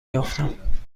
یافتم